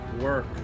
work